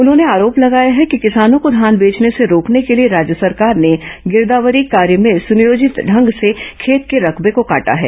उन्होंने आरोप लगाया कि किसानों को धान बेचने से रोकने के लिए राज्य सरकार ने गिरदावरी कार्य में सुनियोजित ढंग से खेत के रकबे को काटा है